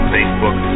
Facebook